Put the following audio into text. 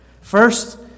First